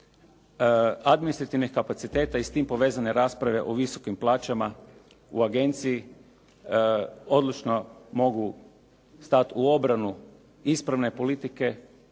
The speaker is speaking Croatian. administrativnih kapaciteta i s tim povezane rasprave o visokim plaćama u agenciji odlučno mogu stati u obranu ispravne politike